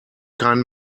kein